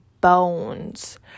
bones